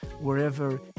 wherever